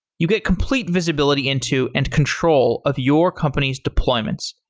you get complete visibility into and control of your company's deployments.